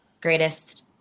greatest